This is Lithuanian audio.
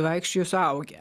vaikščiojo suaugę